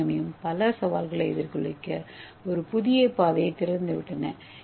ஏ ஓரிகமியும் பல சவால்களை எதிர்கொள்ள ஒரு புதிய பாதையைத் திறந்துவிட்டன